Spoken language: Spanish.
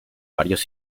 varios